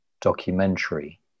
documentary